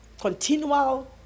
continual